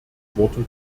worte